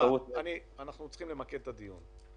אנחנו צריכים למקד את הדיון.